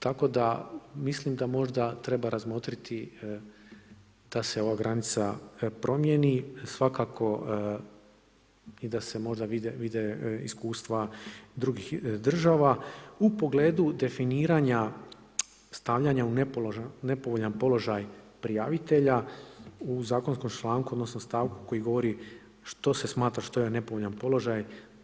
Tako da mislim da možda treba razmotriti da se ova granica promjeni i svako i da se možda vide iskustva drugih država u pogledu definiranja stavljanja u nepovoljan položaj prijavitelja u zakonskom članku, odnosno, stavku koji govori što se smatra što je nepovoljan položaj.